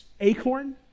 acorn